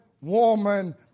woman